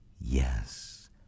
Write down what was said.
Yes